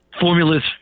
formulas